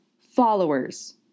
followers